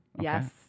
Yes